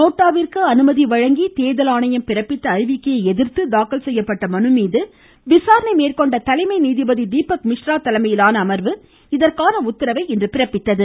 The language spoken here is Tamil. நோட்டாவிற்கு அனுமதி வழங்கி தேர்தல் ஆணையம் பிறப்பித்த அறிவிக்கையை எதிர்த்து தாக்கல் செய்யப்பட்ட மனுமீது விசாரணை மேற்கொண்ட தலைமை நீதிபதி தீபக் மிஸ்ரா தலைமையிலான அமர்வு இதற்கான உத்தரவை பிறப்பித்தது